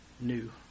new